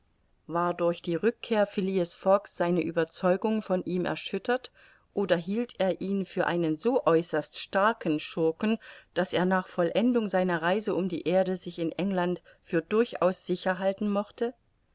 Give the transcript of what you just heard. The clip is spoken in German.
war durch die rückkehr phileas fogg's seine ueberzeugung von ihm erschüttert oder hielt er ihn für einen so äußerst starken schurken daß er nach vollendung seiner reise um die erde sich in england für durchaus sicher halten mochte